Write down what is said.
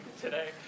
today